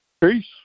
Peace